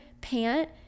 pant